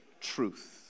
truth